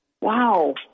wow